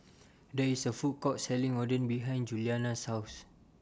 There IS A Food Court Selling Oden behind Julianna's House